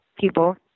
people